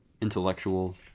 intellectual